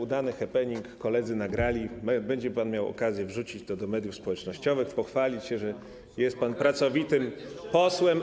Udany happening, koledzy nagrali, będzie pan miał okazję wrzucić to do mediów społecznościowych, pochwalić się, że jest pan pracowitym posłem.